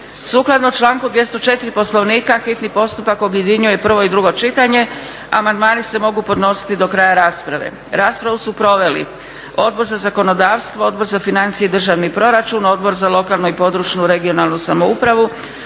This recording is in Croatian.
Sukladno članku 204. Poslovnika hitni postupak objedinjuje prvo i drugo čitanje. Amandmani se mogu podnositi do kraja rasprave. Raspravu su proveli Odbor za zakonodavstvo, Odbor za financije i državni proračun, Odbor za lokalnu i područnu (regionalnu) samoupravu,